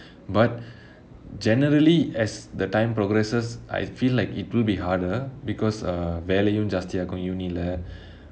but generally as the time progresses I feel like it will be harder because err வேலையும் ஜாஸ்தி:velaiyum jaasthi ah இருக்கும்:irukkum university leh